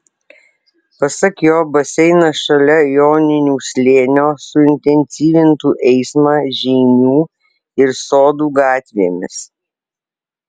pasak jo baseinas šalia joninių slėnio suintensyvintų eismą žeimių ir sodų gatvėmis